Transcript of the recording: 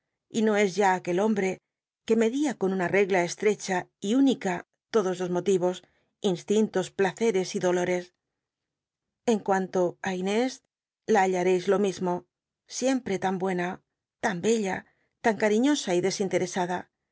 y no es ya aquel hombre que med ia con una regla estrecha y ünica lodos los motivos instintos placeres y dolores en cuanto á inés la haija cis lo mismo siempre tan btiena tan bella tan cariñosa y tan desinteresada